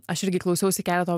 aš irgi klausiausi keleto